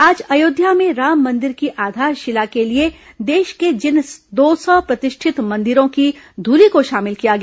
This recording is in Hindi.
आज अध्योया में राम मंदिर की आधारशिला के लिए देश के जिन दौ सौ प्रतिष्ठित मंदिरों की धूलि को शामिल किया गया